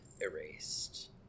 erased